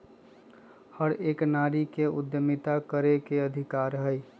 हर एक नारी के उद्यमिता करे के अधिकार हई